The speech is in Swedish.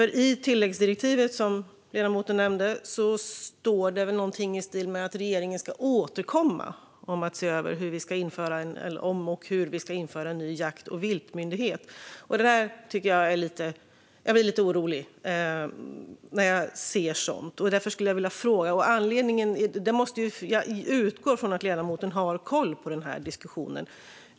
I det tilläggsdirektiv som ledamoten nämnde står det någonting i stil med att regeringen ska återkomma om att se över om och hur vi ska införa en ny jakt och viltmyndighet. Jag blir lite orolig när jag ser sådant. Därför skulle jag vilja ställa en fråga. Jag utgår från att ledamoten har koll på denna diskussion.